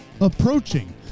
approaching